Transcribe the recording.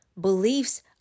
beliefs